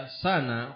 sana